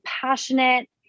passionate